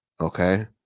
Okay